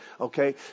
okay